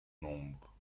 nombre